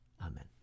Amen